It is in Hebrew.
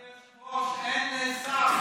אדוני היושב-ראש, אין שר.